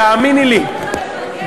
תאמיני לי,